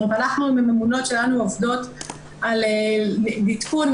הממונות שלנו עובדות על עדכון,